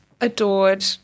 adored